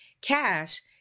Cash